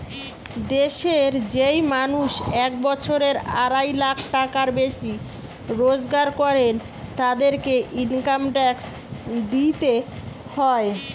দেশের যেই মানুষ এক বছরে আড়াই লাখ টাকার বেশি রোজগার করের, তাদেরকে ইনকাম ট্যাক্স দিইতে হয়